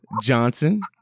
Johnson